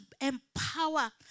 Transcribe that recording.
empower